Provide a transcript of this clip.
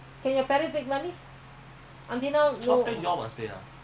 because you're singaporean